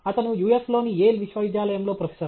అతను US లోని Yale విశ్వవిద్యాలయంలో ప్రొఫెసర్